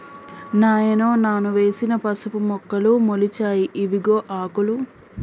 నాయనో నాను వేసిన పసుపు మొక్కలు మొలిచాయి ఇవిగో ఆకులు